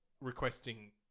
requesting